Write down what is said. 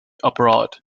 abroad